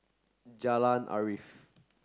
Jalan Arif